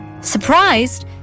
Surprised